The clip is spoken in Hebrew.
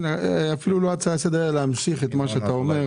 אבקש להמשיך את מה שאתה אומר.